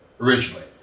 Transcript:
originally